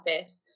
Office